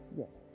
yes